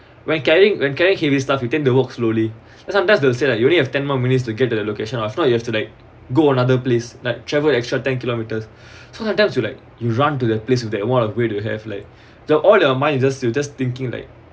when carrying when carrying heavy stuff you can walk slowly sometimes don't say like you only have ten more minutes to get to the location lah if not you have to like go another place like travel extra ten kilometres so that times you like you run to the place with that one of weird to have like all your mind you just you just thinking like